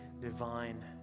divine